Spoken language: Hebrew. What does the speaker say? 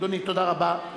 אדוני, תודה רבה.